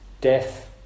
death